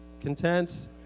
content